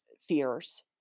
fears